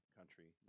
country